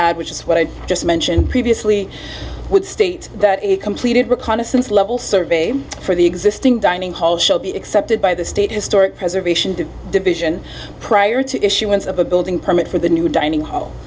which is what i just mentioned previously would state that it completed reconnaissance level survey for the existing dining hall shall be accepted by the state historic preservation to division prior to issuance of a building permit for the new dining hall